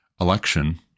election